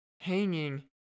hanging